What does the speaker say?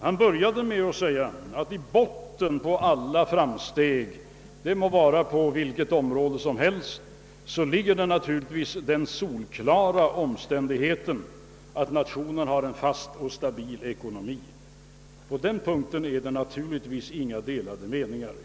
Han började med att säga att i botten på alla framsteg, det må vara på vilket område som helst, ligger den solklara omständigheten, att nationen har en fast och stabil ekonomi. På den punkten råder det naturligtvis inga delade meningar.